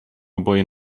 oboje